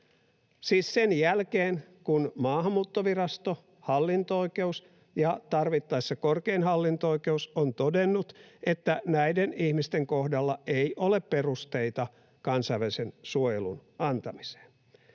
sen jälkeen, kun Maahanmuuttovirasto, hallinto-oikeus ja tarvittaessa korkein hallinto-oikeus ovat todenneet, että näiden ihmisten kohdalla ei ole perusteita kansainvälisen suojelun antamiseen.